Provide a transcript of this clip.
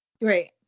right